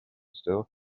still